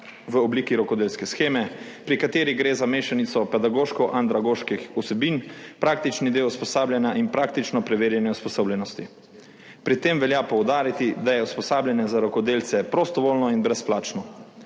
v obliki rokodelske sheme, pri kateri gre za mešanico pedagoško-andragoških vsebin, praktični del usposabljanja in praktično preverjanje usposobljenosti. Pri tem velja poudariti, da je usposabljanje za rokodelce prostovoljno in brezplačno,